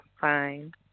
fine